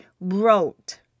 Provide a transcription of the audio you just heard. wrote